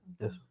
yes